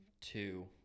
two